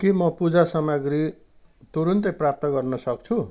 के म पूजा सामाग्री तुरुन्तै प्राप्त गर्न सक्छु